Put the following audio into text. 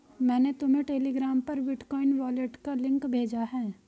मैंने तुम्हें टेलीग्राम पर बिटकॉइन वॉलेट का लिंक भेजा है